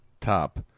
top